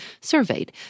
surveyed